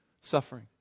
suffering